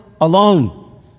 alone